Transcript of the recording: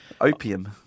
opium